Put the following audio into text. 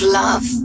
love